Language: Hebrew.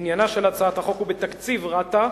עניינה של הצעת החוק הוא בתקציב רת"א,